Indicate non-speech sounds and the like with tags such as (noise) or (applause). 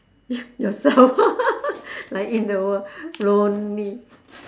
yourself (laughs) like in the world lonely